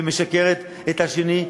ומשקר לשני,